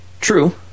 True